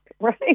right